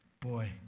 Boy